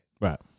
Right